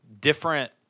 different